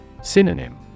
Synonym